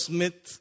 Smith